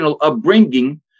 upbringing